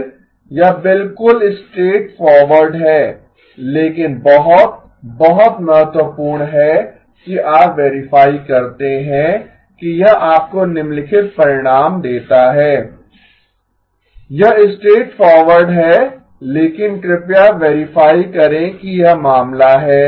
फिर यह बिल्कुल स्ट्रैटफॉरवर्ड है लेकिन बहुत बहुत महत्वपूर्ण है कि आप वेरीफाई करते हैं कि यह आपको निम्नलिखित परिणाम देता है यह स्ट्रैटफॉरवर्ड है लेकिन कृपया वेरीफाई करें कि यह मामला है